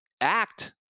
act